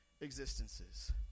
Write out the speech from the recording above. existences